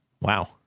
Wow